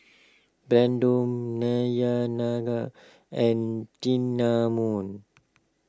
Brandon Dayanara and Cinnamon